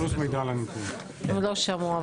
הם לא שמעו.